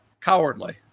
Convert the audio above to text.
Cowardly